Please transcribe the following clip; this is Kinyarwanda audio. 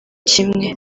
kimwe